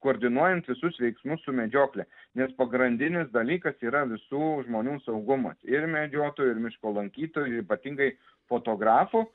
koordinuojant visus veiksmus su medžiokle nes pograndinis dalykas yra visų žmonių saugumas ir medžiotojų ir miško lankytojų ir ypatingai fotografų